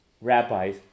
rabbis